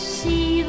see